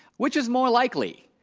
which is more likely?